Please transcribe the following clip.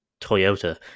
Toyota